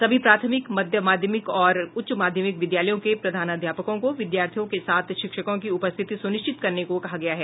सभी प्राथमिक मध्य माध्यमिक और उच्च माध्यमिक विद्यालयों के प्रधानाध्यापकों को विद्यार्थियों के साथ शिक्षकों की उपस्थिति सुनिश्चित करने को कहा गया है